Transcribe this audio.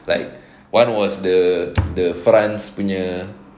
like one was the the france punya